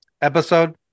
episode